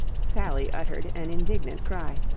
sally uttered an indignant cry.